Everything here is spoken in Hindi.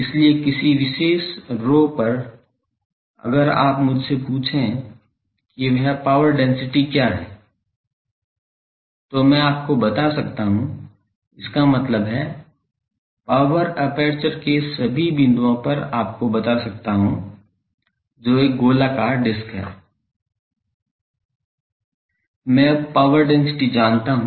इसलिए किसी विशेष rho पर अगर आप मुझसे पूछें कि वह पावर डेंसिटी क्या है मैं आपको बता सकता हूं इसका मतलब है पावर एपर्चर के सभी बिंदुओं पर आपको बता सकता हूं जो एक गोलाकार डिस्क है मैं अब पावर डेंसिटी जानता हूं